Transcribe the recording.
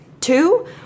two